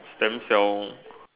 stem cell